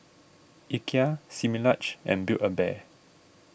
Ikea Similac and Build a Bear